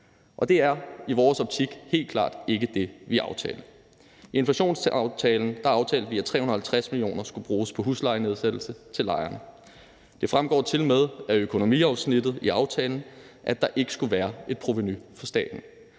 Og det er i vores optik helt klart ikke det, vi aftalte. I inflationsaftalen aftalte vi, at 350 mio. kr. skulle bruges på huslejenedsættelse til lejerne. Det fremgår tilmed af økonomiafsnittet i aftalen, at der ikke skulle være et provenu til staten.